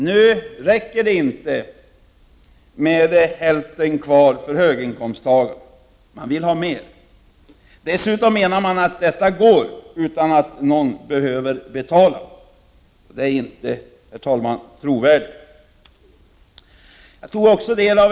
Nu räcker det inte med hälften kvar för höginkomsttagarna — man vill ha mer. Dessutom menar man att detta är möjligt utan att någon behöver betala. Detta är inte trovärdigt, herr talman!